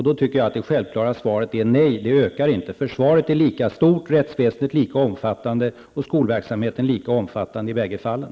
Då tycker jag att det självklara svaret är nej. Det ökar inte. Försvaret är lika stort, rättsväsendet och skolverksamheten lika omfattande i bägge fallen.